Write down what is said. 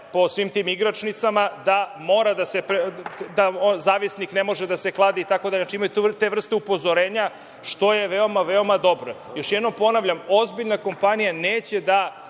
po svim tim igračnicama da zavisnik ne može da se kladi itd. Znači, imaju te vrste upozorenja što je veoma, veoma dobro. Još jednom ponavljam, ozbiljna kompanija neće da